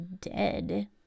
dead